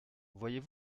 voyez